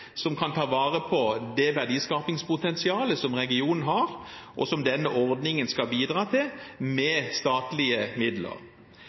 som kan ta vare på det verdiskapingspotensialet som regionen har, og som denne ordningen skal bidra til med statlige midler.